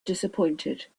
disappointed